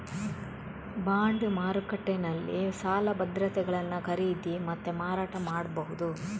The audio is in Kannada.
ಬಾಂಡ್ ಮಾರುಕಟ್ಟೆನಲ್ಲಿ ಸಾಲ ಭದ್ರತೆಗಳನ್ನ ಖರೀದಿ ಮತ್ತೆ ಮಾರಾಟ ಮಾಡ್ಬಹುದು